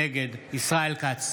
נגד ישראל כץ,